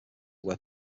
where